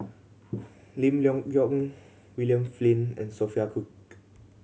Lim Leong Geok William Flint and Sophia Cooke